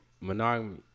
monogamy